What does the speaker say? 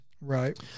Right